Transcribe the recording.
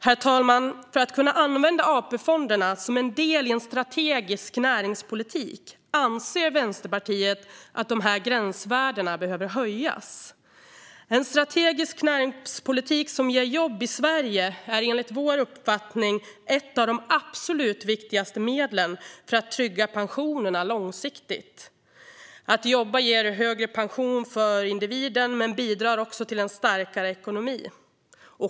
Ändrade regler för Första-Fjärde APfonderna Herr talman! Vänsterpartiet anser att dessa gränsvärden behöver höjas för att man ska kunna använda AP-fonderna som en del i en strategisk näringspolitik. En strategisk näringspolitik som ger jobb i Sverige är enligt vår uppfattning ett av de absolut viktigaste medlen för att långsiktigt trygga pensionerna. Att jobba ger högre pension för individen men bidrar också till en starkare ekonomi.